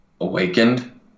awakened